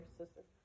sister